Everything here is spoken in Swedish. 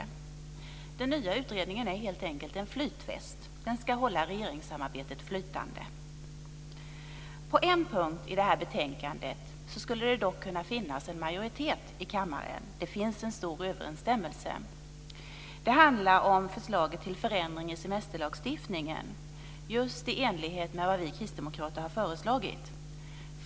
Den nya utredningen är helt enkelt en flytväst - den ska hålla regeringssamarbetet flytande. På en punkt i betänkandet skulle det dock kunna finnas en majoritet i kammaren. Där finns en stor överensstämmelse. Det handlar om förslaget till förändring i semesterlagstiftningen, just i enlighet med vad vi kristdemokrater har föreslagit.